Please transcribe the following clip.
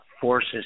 forces